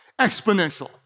Exponential